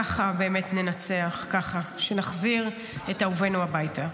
ככה באמת ננצח, ככה, כשנחזיר את אהובינו הביתה.